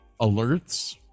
alerts